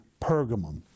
Pergamum